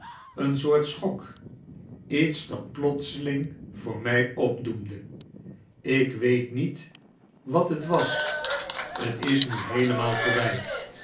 eene soort schok iets dat plotseling voor mij opdoemde ik weet niet wat liet was t is nu heelemaal voorbij